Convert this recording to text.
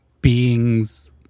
being's